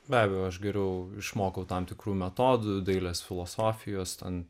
be abejo aš geriau išmokau tam tikrų metodų dailės filosofijos ten